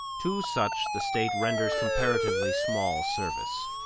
to such the state renders comparatively small service,